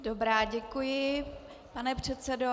Dobrá, děkuji, pane předsedo.